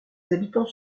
habitants